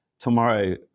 tomorrow